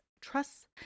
trusts